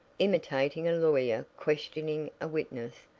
imitating a lawyer questioning a witness,